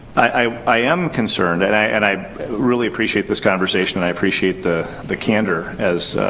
i i am concerned. and i and i really appreciate this conversation. and i appreciate the the candor as